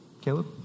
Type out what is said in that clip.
Caleb